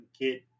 get